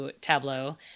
Tableau